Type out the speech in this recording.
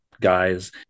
guys